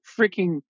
freaking